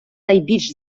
найбільш